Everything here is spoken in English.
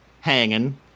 hanging